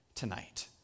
tonight